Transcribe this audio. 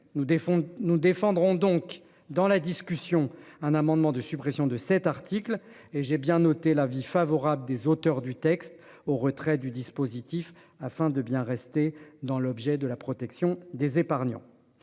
nous défendrons donc dans la discussion. Un amendement de suppression de cet article et j'ai bien noté l'avis favorable des auteurs du texte au retrait du dispositif afin de bien rester dans l'objet de la protection des épargnants.